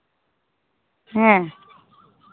ᱦᱮᱸ